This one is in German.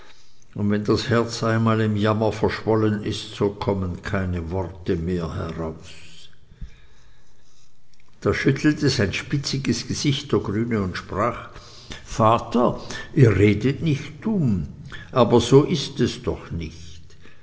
und wenn das herz einmal im jammer verschwollen ist so kommen keine worte mehr daraus da schüttelte sein spitziges haupt der grüne und sprach vater ihr redet nicht dumm aber so ist es doch nicht